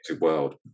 world